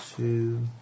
Two